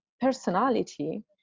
personality